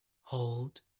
Hold